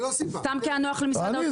סתם כי היה נוח למשרד האוצר.